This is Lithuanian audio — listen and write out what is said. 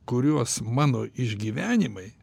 kuriuos mano išgyvenimai